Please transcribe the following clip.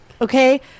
Okay